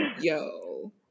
yo